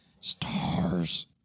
stars